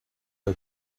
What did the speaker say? her